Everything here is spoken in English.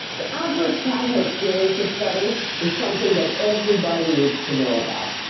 the adverse childhood experiences study is something that everybody needs to know about.